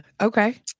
okay